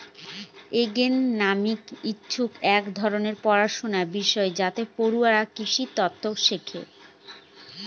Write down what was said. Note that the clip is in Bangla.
এগ্রোনোমি হচ্ছে এক ধরনের পড়াশনার বিষয় যাতে পড়ুয়ারা কৃষিতত্ত্ব শেখে